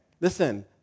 Listen